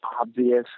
obvious